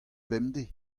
bemdez